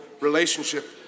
relationship